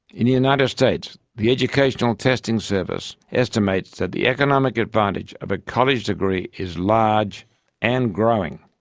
in the united states, the educational testing service estimates that the economic advantage of a college degree is large and growing.